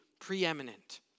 preeminent